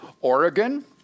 Oregon